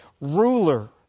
ruler